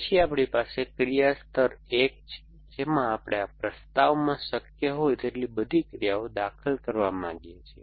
પછી આપણી પાસે ક્રિયા સ્તર 1 છે જેમાં આપણે આ પ્રસ્તાવમાં શક્ય હોય તેવી બધી ક્રિયાઓ દાખલ કરવા માંગીએ છીએ